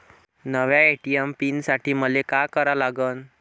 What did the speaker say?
नव्या ATM PIN साठी मले का करा लागन?